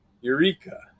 Eureka